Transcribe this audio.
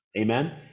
amen